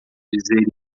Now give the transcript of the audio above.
dizer